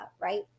right